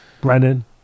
Brennan